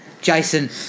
Jason